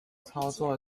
操作